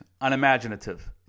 Unimaginative